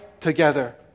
together